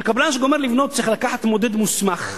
קבלן שגומר לבנות צריך לקחת מודד מוסמך,